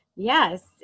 Yes